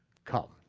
come,